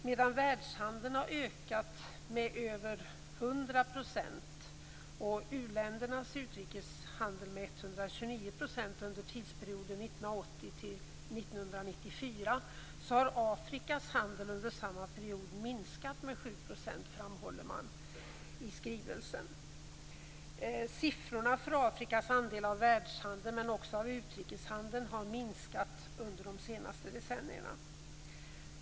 Medan världshandeln har ökat med över 100 % och uländernas utrikeshandel med 129 % under tidsperioden 1980-1994, har Afrikas handel under samma period minskat med 7 %. Siffrorna för Afrikas andel av världshandeln men också av utrikeshandeln har minskat under de senaste decennierna.